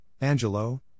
Angelo